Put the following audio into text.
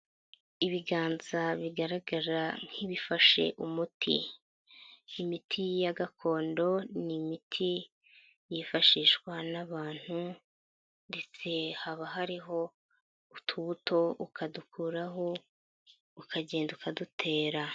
Ibiganza bigaragara nk'ibifashe umuti. Imiti ya gakondo ni imiti yifashishwa n'abantu ndetse haba hariho utubuto ukadukuraho ukagenda ukadutera.